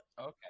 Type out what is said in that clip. okay